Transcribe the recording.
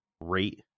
rate